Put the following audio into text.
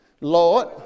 Lord